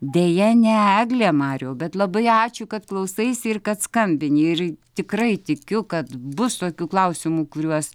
deja ne eglė mariau bet labai ačiū kad klausaisi ir kad skambini ir tikrai tikiu kad bus tokių klausimų kuriuos